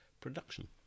production